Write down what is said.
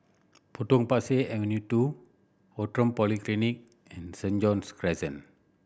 Potong Pasir Avenue Two Outram Polyclinic and Saint John's Crescent